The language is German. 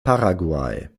paraguay